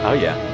oh, yeah.